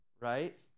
right